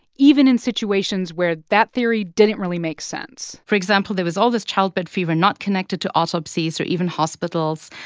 even in situations where that theory didn't really make sense for example, there was all this childbed fever not connected to autopsies or even hospitals.